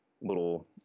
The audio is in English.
little